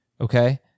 Okay